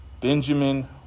Benjamin